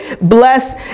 bless